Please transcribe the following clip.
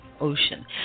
ocean